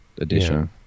edition